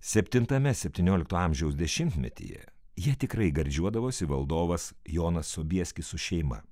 septintame septyniolikto amžiaus dešimtmetyje ja tikrai gardžiuodavosi valdovas jonas sobieskis su šeima